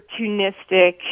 opportunistic